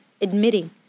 admitting